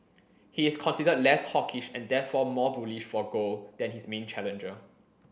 he is considered less hawkish and therefore more bullish for gold than his main challenger